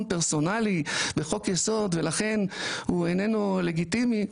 פרסונלי בחוק יסוד ולכן הוא איננו לגיטימי,